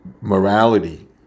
morality